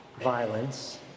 violence